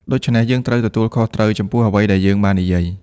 ដូច្នេះ យើងត្រូវទទួលខុសត្រូវចំពោះអ្វីដែលយើងបាននិយាយ។